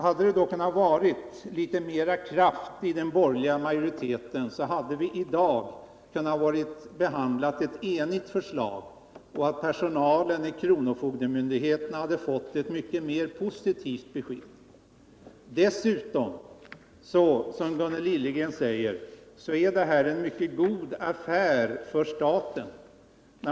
Hade det varit litet mera kraft i den borgerliga majoriteten, hade vi i dag kunnat behandla ett enigt förslag, och personalen vid kronofogdemyndigheterna hade kunnat få ett mycket mer positivt besked. Dessutom är det här, som Gunnel Liljegren sade, en mycket god affär för staten.